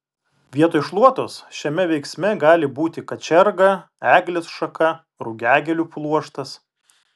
vietoj šluotos šiame veiksme gali būti kačerga eglės šaka rugiagėlių pluoštas